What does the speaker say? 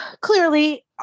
Clearly